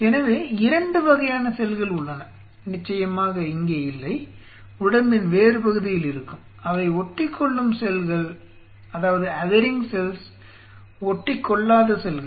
எனவே 2 வகையான செல்கள் உள்ளன நிச்சயமாக இங்கே இல்லை உடம்பின் வேறு பகுதியில் இருக்கும் அவை ஒட்டிக்கொள்ளும் செல்கள் ஒட்டிக்கொள்ளாத செல்கள்